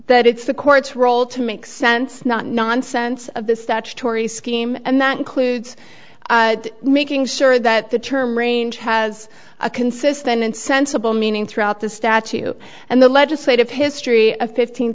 that it's the court's role to make sense not nonsense of the statutory scheme and that includes making sure that the term range has a consistent and sensible meaning throughout the statue and the legislative history of fifteen